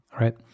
right